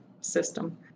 system